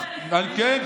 כן,